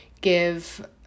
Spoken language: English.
give